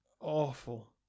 Awful